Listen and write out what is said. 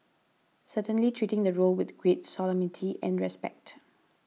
certainly treating the role with great solemnity and respect